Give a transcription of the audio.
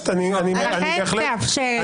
על כן תאפשר את זה.